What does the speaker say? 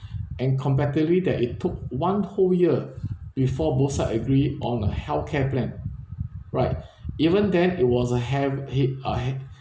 and competitively that it took one whole year before both side agree on a healthcare plan right even then it was a hea~ he~ a